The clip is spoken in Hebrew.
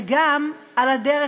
וגם על הדרך,